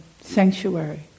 sanctuary